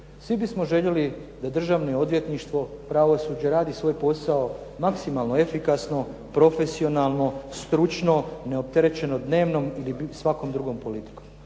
svi bismo željeli da državno odvjetništvo, pravosuđe radi svoj posao maksimalno efikasno, profesionalno, stručno, neopterećeno dnevnom ili svakom drugom politikom.